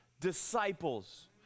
disciples